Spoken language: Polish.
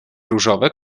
różowe